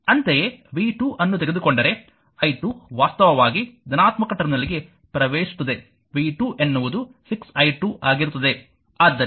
ಅಂತೆಯೇ v 2 ಅನ್ನು ತೆಗೆದುಕೊಂಡರೆ i2 ವಾಸ್ತವವಾಗಿ ಧನಾತ್ಮಕ ಟರ್ಮಿನಲ್ಗೆ ಪ್ರವೇಶಿಸುತ್ತದೆ v 2 ಎನ್ನುವುದು 6i2 ಆಗಿರುತ್ತದೆ